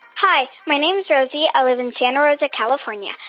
hi. my name is rosie. i live in santa rosa, calif. um yeah